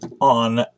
on